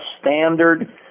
standard